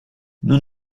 nous